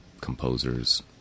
composers